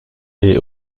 est